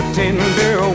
tender